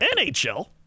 NHL